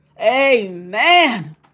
Amen